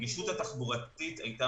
הנגישות התחבורתית של נשים חרדיות ושל